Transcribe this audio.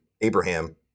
Abraham